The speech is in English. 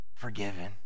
forgiven